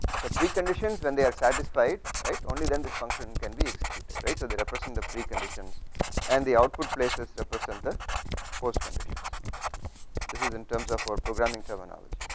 so, pre-conditions when they are satisfied right only then this function can be executed right, so they represent the preconditions and the output places represent the post-conditions this is in terms of our programming terminology